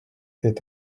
s’est